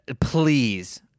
please